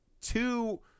two